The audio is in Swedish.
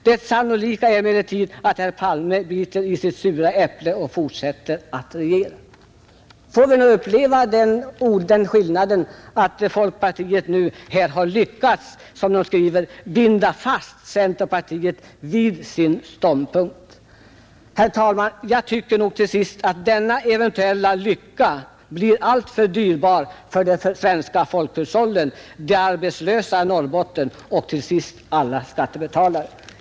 Det sannolika är emellertid att herr Palme biter i sitt sura äpple och fortsätter att regera.” Har folkpartiet alltså nu lyckats ”binda fast” centerpartiet vid sin ståndpunkt? Jag tycker nog att denna eventuella lycka blir alltför dyrbar för det svenska folkhushållet, för de arbetslösa i Norrbotten och till sist för alla skattebetalare.